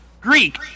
Greek